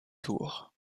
tour